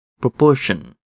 proportion